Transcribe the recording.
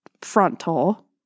frontal